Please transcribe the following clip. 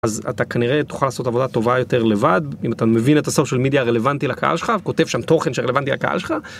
אז אתה כנראה תוכל לעשות עבודה טובה יותר לבד אם אתה מבין את הסושיאל מידיה הרלוונטי לקהל שלך וכותב שם תוכן שרלוונטי לקהל שלך.